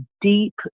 deep